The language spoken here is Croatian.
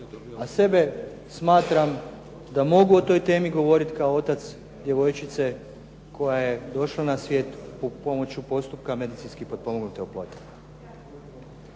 a sebe smatram da mogu o toj temi govoriti kao otac djevojčice koja je došla na svijet pomoću postupka medicinski potpomognute oplodnje.